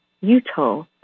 Utah